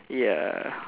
ya